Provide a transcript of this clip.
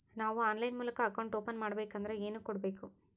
ನಾವು ಆನ್ಲೈನ್ ಮೂಲಕ account open ಮಾಡಬೇಂಕದ್ರ ಏನು ಕೊಡಬೇಕು?